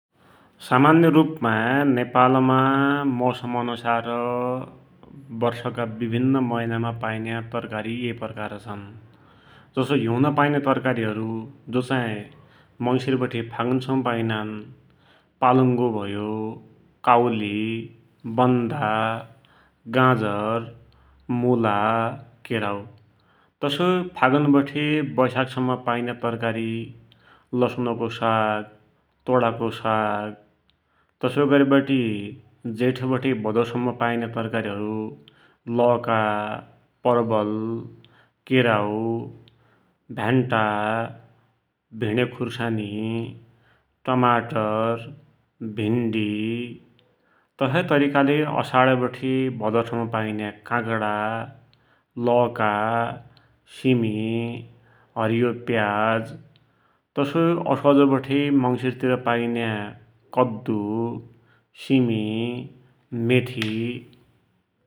सामान्य रुपमा नेपालमा मौसम अनुसार वर्षका विभिन्न मैनमा पाइन्या तरकारी ये प्रकार छन्ः जसो हिउन पाइन्या तरकारीहरु जु चाही मङ्सीर बढे फागुनसम्म पाइनान्, पालुङ्गो भयो, काउली, बन्दा, गाजर, मुला, केराउ । तसोइ फागुन बढे वैशाखसम्म पाइन्या तरकारीः लसुनको साग, तोडाको साग, तसोइ गरिवटी जेठबठे भदो सम्म पाइन्या तरकारीहरुः लौका, परवल, केराउ, भ्यान्टा, भिणेखुर्सानी, टमाटर भिन्डी । तसै तरिकाले असाढबठे भदो सम्म पाइन्याः काकडा, लौका, सिमी, हरियो प्याज, तसोइ असोजबढे मंसिरतिर पाइन्याः कद्दु, सिमी, मेथि।